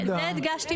זה הדגשתי